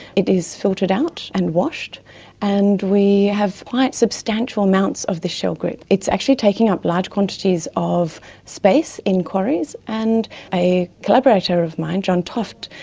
it is filtered out and washed and we have quite substantial amounts of this shell grit, it's actually taking up large quantities of space in quarries. and a collaborator of mine, john toft,